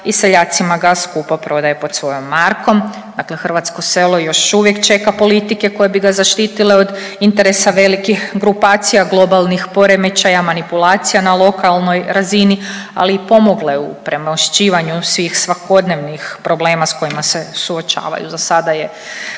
i seljacima ga skupo prodaje pod svojom markom. Dakle, hrvatsko selo još uvijek čeka politike koje bi ga zaštitile od interesa velikih grupacija, globalnih poremećaja, manipulacija na lokalnoj razini, ali i pomogle u premošćivanju svih svakodnevnih problema sa kojima se suočavaju. Za sada je